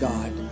God